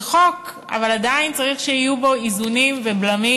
זה חוק, אבל עדיין צריך שיהיו בו איזונים ובלמים